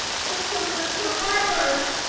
victims and survivors.